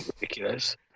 ridiculous